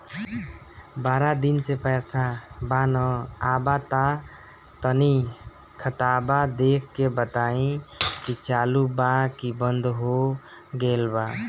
बारा दिन से पैसा बा न आबा ता तनी ख्ताबा देख के बताई की चालु बा की बंद हों गेल बा?